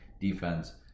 defense